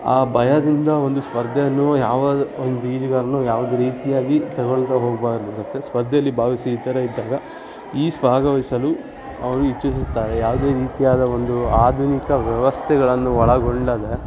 ಆ ಭಯದಿಂದ ಒಂದು ಸ್ಪರ್ಧೆಯನ್ನು ಯಾವ ಒಂದು ಈಜುಗಾರನೂ ಯಾವ್ದೇ ರೀತಿಯಾಗಿ ತಗೊಳ್ತಾ ಹೋಗಬಾರ್ದು ಮತ್ತು ಸ್ಪರ್ಧೆಯಲ್ಲಿ ಭಾಗ್ವಯ್ಸಿ ಈ ಥರ ಇದ್ದಾಗ ಈಜ್ ಭಾಗವಹಿಸಲು ಅವರು ಇಚ್ಛಿಸುತ್ತಾರೆ ಯಾವುದೇ ರೀತಿಯಾದ ಒಂದು ಆಧುನಿಕ ವ್ಯವಸ್ಥೆಗಳನ್ನು ಒಳಗೊಳ್ಳದ